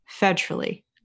federally